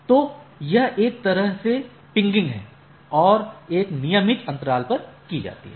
तो यह एक तरह से पिंगिंग है और एक नियमित अंतराल पर की जाती है